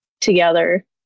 together